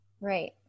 Right